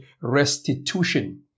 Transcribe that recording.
restitution